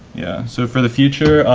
yeah so for the future,